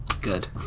Good